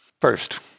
First